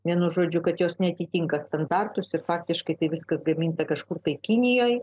vienu žodžiu kad jos neatitinka standartus ir faktiškai tai viskas gaminta kažkur tai kinijoj